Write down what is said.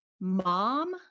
Mom